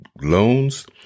loans